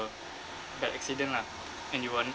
bad accident lah and you want